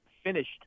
finished